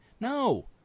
no